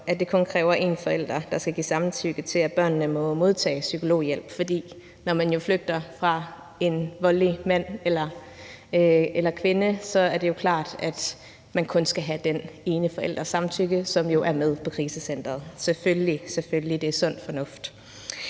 at det kun kræver én forælders samtykke, at børnene må modtage psykologhjælp. For når man flygter fra en voldelig mand eller kvinde, er det jo klart, at man kun skal have samtykke fra den ene forælder, som er med på krisecenteret – selvfølgelig, selvfølgelig. Det er sund fornuft.